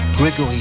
Gregory